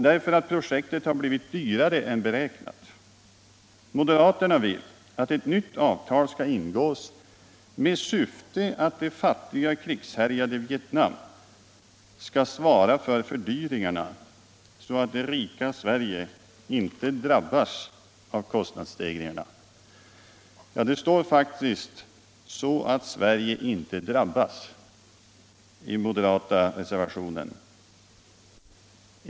därför att projektet har blivit dvrare än beräknat. Moderaterna vill att ett nytt avtal skall ingås med syfte att det fattiga, krigshärjade Vietnam skall svara för fördyringarna så att det rika Sverige inte drabbas av kostnadsstegringarna. Ja, det står faktiskt ”så att Sverige inte drabbas” i den moderata reservationen.